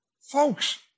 folks